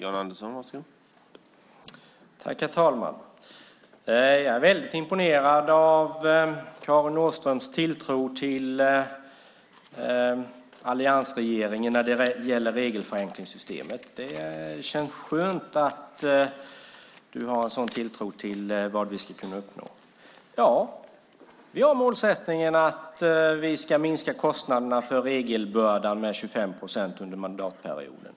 Herr talman! Jag är väldigt imponerad av Karin Åströms tilltro till alliansregeringen när det gäller regelförenklingssystemet. Det känns skönt att du har en sådan tilltro till vad vi skulle kunna uppnå. Ja, vi har målsättningen att minska kostnaderna för regelbördan med 25 procent under mandatperioden.